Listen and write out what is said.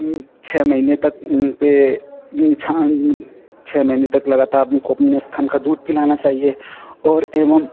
छह महीने तक उनपर छान छह महीने तक लगातार उनको अपने स्तन का दूध पिलाना चाहिए और एवं